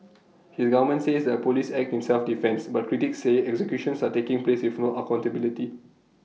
his government says the Police act in self defence but critics say executions are taking place with no accountability